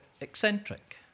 eccentric